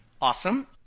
awesome